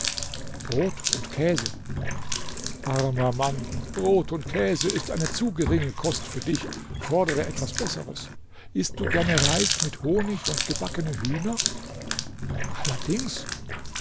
brot und käse armer mann brot und käse ist eine zu geringe kost für dich fordere etwas besseres ißt du gerne reis mit honig und gebackene hühner allerdings